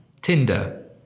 Tinder